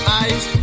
eyes